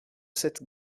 sept